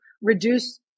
reduce